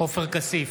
עופר כסיף,